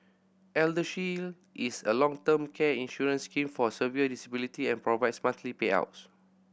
ElderShield is a long term care insurance scheme for severe disability and provides monthly payouts